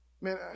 Man